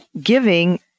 giving